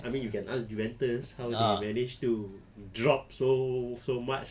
I mean you can ask juventus how they manage to drop so so much